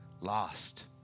lost